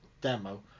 demo